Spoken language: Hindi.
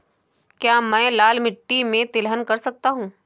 क्या मैं लाल मिट्टी में तिलहन कर सकता हूँ?